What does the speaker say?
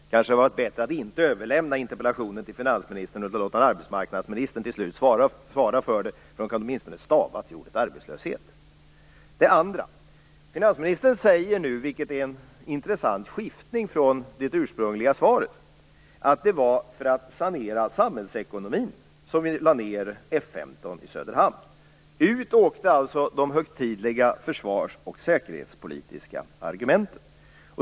Det kanske hade varit bättre att inte överlämna interpellationen till finansministern, utan låta arbetsmarknadsministern svara på den. Hon kan åtminstone stava till ordet arbetslöshet. Finansministern säger nu, vilket är en intressant skiftning från det ursprungliga svaret, att det var för att sanera samhällsekonomin som F 15 i Söderhamn lades ned. Ut åkte alltså de högtidliga försvars och säkerhetspolitiska argumenten.